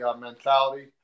mentality